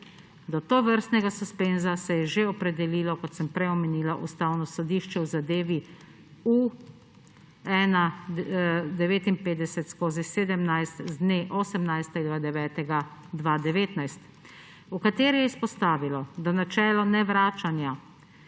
Do tovrstnega suspenza se je že opredelilo, kot sem prej omenila, Ustavno sodišče v zadevi U-1-59/17 z dne 18. 9. 2019, v kateri je izpostavilo, da načelo nevračanja,